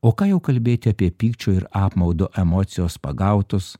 o ką jau kalbėti apie pykčio ir apmaudo emocijos pagautus